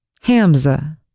Hamza